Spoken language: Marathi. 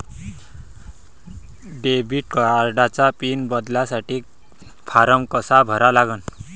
डेबिट कार्डचा पिन बदलासाठी फारम कसा भरा लागन?